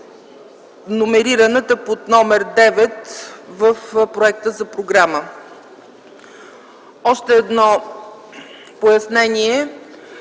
номерирането под номер девет в проекта за програма. Още едно пояснение